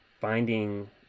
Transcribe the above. finding